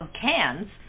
cans